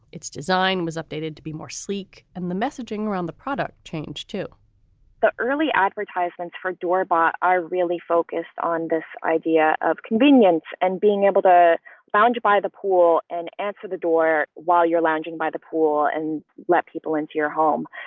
its design was updated to be more sleek and the messaging around the product changed to the early advertisments for daubert are really focused on this idea of convenience and being able to bounded by the pool and answer the door while you're lounging by the pool and let people into your home.